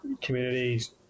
communities